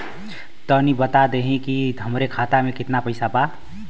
तनि बता देती की हमरे खाता में कितना पैसा बा?